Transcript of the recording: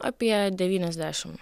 apie devyniasdešim